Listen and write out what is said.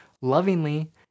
lovingly